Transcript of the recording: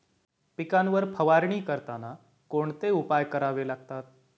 पिकांवर फवारणी करताना कोणते उपाय करावे लागतात?